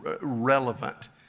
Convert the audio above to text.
relevant